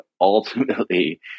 ultimately